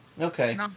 Okay